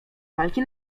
walki